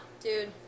Dude